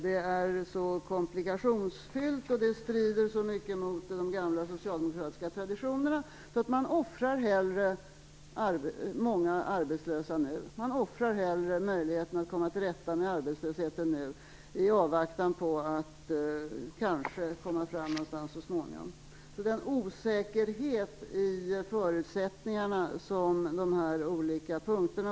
Det är så komplikationsfyllt och strider så mycket mot de gamla socialdemokratiska traditionerna, att man hellre offrar många arbetslösa nu. Man offrar hellre möjligheten att komma till rätta med arbetslösheten nu i avvaktan på att kanske komma någonstans så småningom. Den olika punkterna i politiken innebär en osäkerhet i förutsättningarna.